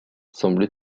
semble